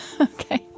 Okay